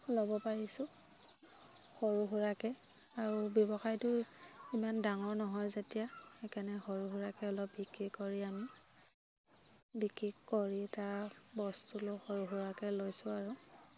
ল'ব পাৰিছোঁ সৰু সুৰাকৈ আৰু ব্যৱসায়টো ইমান ডাঙৰ নহয় যেতিয়া সেইকাৰণে সৰু সুৰাকৈ অলপ বিক্ৰী কৰি আমি বিক্ৰী কৰি তাৰ বস্তুলৈ সৰু সুৰাকৈ লৈছোঁ আৰু